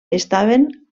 estaven